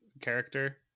character